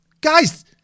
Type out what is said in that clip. guys